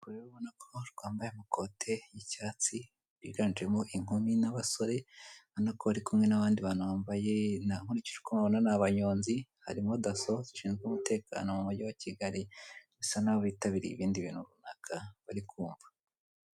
Urabibona ko rwambaye amakoti y'icyatsi, rwiganjemo inkumi n'abasore, ubona ko bari kumwe n'abandi bantu bambaye nk'abanyonzi. Harimo daso zishinzwe umutekano mu mujyi wa Kigali, basa nk'abitabiriye ibindi bintu runaka bari kumva.